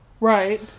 Right